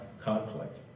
conflict